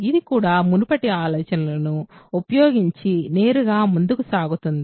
ఇది కూడా మునుపటి ఆలోచనలను ఉపయోగించి నేరుగా ముందుకు సాగుతుంది